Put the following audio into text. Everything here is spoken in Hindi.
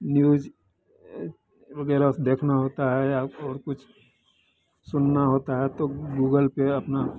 न्यूज वग़ैरह देखना होता है या और कुछ सुनना होता है तो गूगल पर अपना